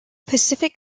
pacific